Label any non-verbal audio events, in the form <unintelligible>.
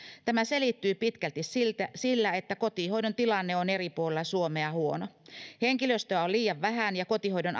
tämä selittyy pitkälti sillä että kotihoidon tilanne on eri puolilla suomea huono henkilöstöä on liian vähän ja kotihoidon <unintelligible>